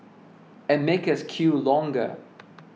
and make us queue longer